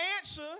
answer